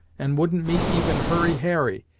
and wouldn't meet even hurry harry,